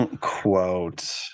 quote